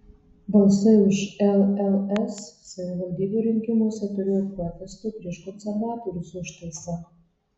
balsai už lls savivaldybių rinkimuose turėjo protesto prieš konservatorius užtaisą